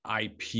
IP